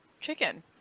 Chicken